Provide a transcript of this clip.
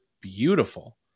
beautiful